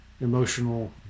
Emotional